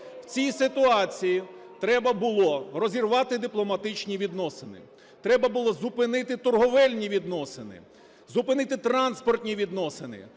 В цій ситуації треба було розірвати дипломатичні відносини, треба було зупинити торговельні відносини, зупинити транспорті відносини,